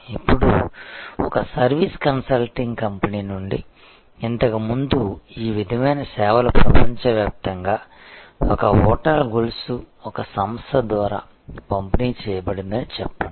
ఇప్పుడు ఒక service consulting company నుండి ఇంతకు ముందు ఈ విధమైన సేవలు ప్రపంచవ్యాప్తంగా ఒక హోటల్ గొలుసు ఒక సంస్థ ద్వారా పంపిణీ చేయబడిందని చెప్పండి